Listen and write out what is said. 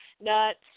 nuts